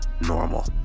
normal